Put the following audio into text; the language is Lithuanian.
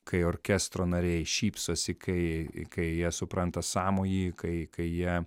kai orkestro nariai šypsosi kai kai jie supranta sąmojį kai kai jie